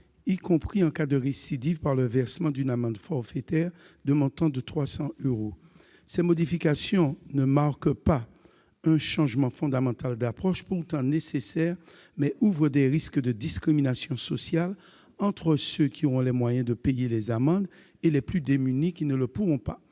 y compris en cas de récidive, par le versement d'une amende forfaitaire d'un montant de 300 euros. Ces modifications ne marquent pas un changement fondamental d'approche, pourtant nécessaire, mais ouvrent des risques de discrimination sociale entre ceux qui auront les moyens de payer les amendes et les plus démunis, qui ne le pourront pas.